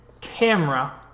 camera